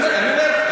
אני רק אומר,